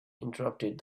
interrupted